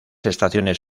estaciones